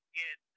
get